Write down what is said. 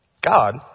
God